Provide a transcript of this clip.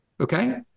Okay